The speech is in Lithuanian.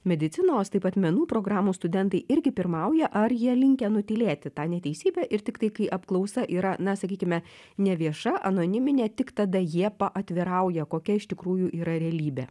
medicinos taip pat menų programų studentai irgi pirmauja ar jie linkę nutylėti tą neteisybę ir tiktai kai apklausa yra na sakykime nevieša anoniminė tik tada jie paatvirauja kokia iš tikrųjų yra realybė